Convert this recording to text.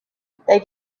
they